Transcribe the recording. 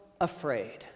afraid